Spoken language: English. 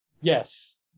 Yes